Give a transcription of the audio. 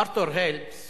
ארתור הלפס